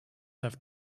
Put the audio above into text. have